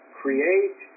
create